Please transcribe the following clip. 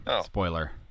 Spoiler